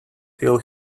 till